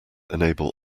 enable